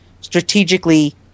strategically